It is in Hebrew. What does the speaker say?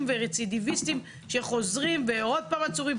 רצידיביסטים שחוזרים ועוד פעם עצורים,